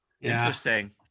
Interesting